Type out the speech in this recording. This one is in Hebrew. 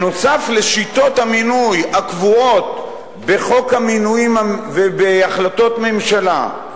נוסף על שיטות המינוי הקבועות בחוק המינויים ובהחלטות ממשלה,